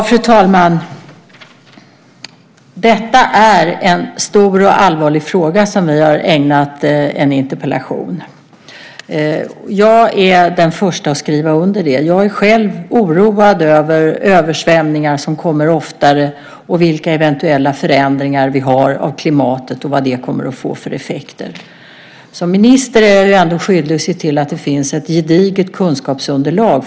Fru talman! Detta är en stor och allvarlig fråga som vi har ägnat en interpellationsdebatt åt. Jag är den första att skriva under på det. Jag är själv oroad över översvämningar som kommer allt oftare, över eventuella förändringar i klimatet och vad det kommer att få för effekter. Som minister är jag ändå skyldig att se till att det finns ett gediget kunskapsunderlag.